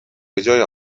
بجای